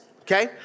okay